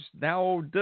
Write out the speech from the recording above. now